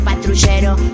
Patrullero